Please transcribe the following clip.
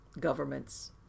governments